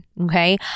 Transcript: Okay